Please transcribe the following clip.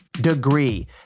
DEGREE